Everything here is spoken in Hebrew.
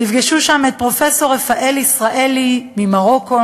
תפגשו שם את פרופסור רפאל ישראלי ממרוקו,